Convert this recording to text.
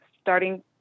starting